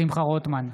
שמחה רוטמן,